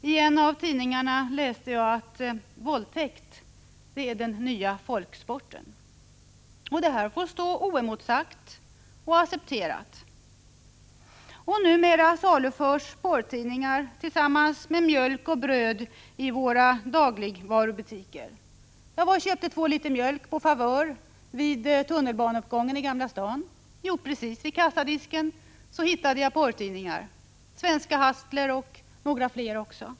I en av tidningarna läste jag att ”våldtäkt är den nya folksporten”. Och detta får stå oemotsagt och accepterat. Numera saluförs porrtidningar tillsammans med mjölk och bröd i våra dagligvarubutiker. Jag var i dag och köpte 2 liter mjölk på Favör vid tunnelbaneuppgången i Gamla stan, och precis vid kassadisken hittade jag porrtidningar — Svenska Hustler och några fler.